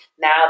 now